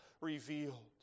revealed